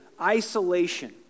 isolation